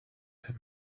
him